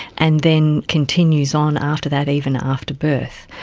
and then continues on after that even after birth.